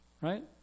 Right